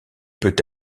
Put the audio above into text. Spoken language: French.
peut